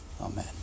Amen